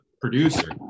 producer –